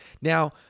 Now